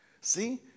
See